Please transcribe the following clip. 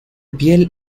piel